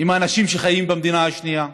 האנשים שחיים במדינה השנייה.